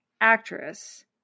actress